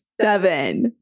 seven